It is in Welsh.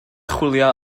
chwilio